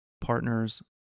partners